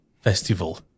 festival